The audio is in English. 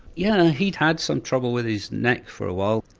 yeah he'd had some trouble with his neck for a while.